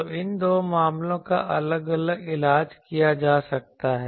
तो इन दो मामलों का अलग अलग इलाज किया जा सकता है